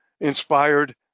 inspired